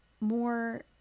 more